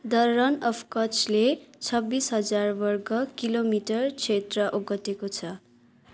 the Rann of कचले छब्बिस हजार वर्गकिलोमिटर क्षेत्र ओगटेको छ